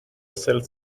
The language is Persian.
سلف